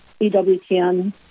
EWTN